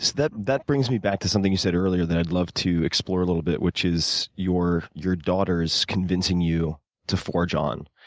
that that brings me back to something you said earlier that i'd love to explore a little bit, which is your your daughters convincing you to forge on.